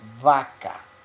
vaca